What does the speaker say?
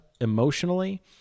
emotionally